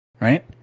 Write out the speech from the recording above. right